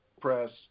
press